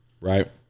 Right